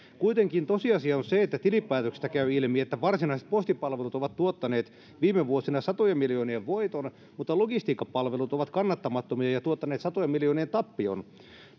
kuitenkin tosiasia on se että tilinpäätöksestä käy ilmi että varsinaiset postipalvelut ovat tuottaneet viime vuosina satojen miljoonien voiton mutta logistiikkapalvelut ovat kannattamattomia ja tuottaneet satojen miljoonien tappion